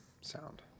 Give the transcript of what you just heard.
sound